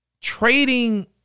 trading